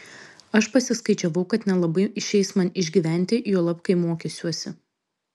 aš pasiskaičiavau kad nelabai išeis man išgyventi juolab kai mokysiuosi